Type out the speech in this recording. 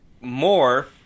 more